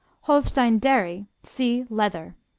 holstein dairy see leather.